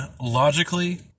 logically